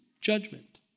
judgment